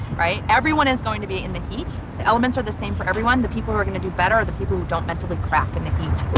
everyone is going to be in the heat, the elements are the same for everyone, the people who are going to do better are the people who don't mentally crack in the heat.